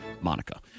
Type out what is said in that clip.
Monica